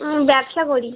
হুম ব্যবসা করি